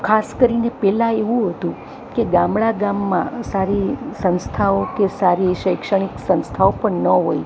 ખાસ કરીને પહેલા એવું હતું કે ગામડા ગામમાં સારી સંસ્થાઓ કે સારી શૈક્ષણિક સંસ્થાઓ પણ ન હોય